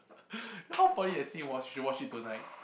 you know how funny that scene was you should watch it tonight